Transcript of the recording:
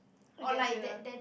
I guess it lah